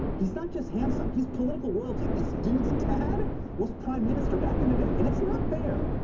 he's not just handsome. he's political royalty. this dude's dad was prime minister back in the day, and it's not fair.